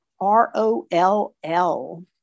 R-O-L-L